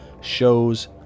shows